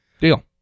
deal